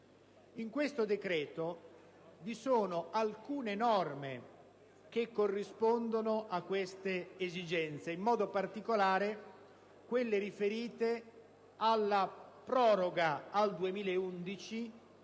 In questo decreto vi sono alcune norme che corrispondono a queste esigenze - in modo particolare quelle riferite alla proroga al 2011